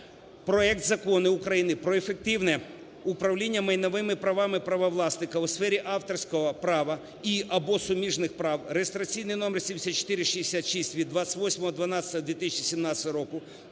проект Закону України про ефективне управління майновими правами правовласників у сфері авторського права і (або) суміжних прав (реєстраційний №7466) від 28.12.2017 року,